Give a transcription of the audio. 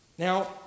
Now